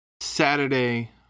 Saturday